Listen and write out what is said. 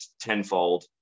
tenfold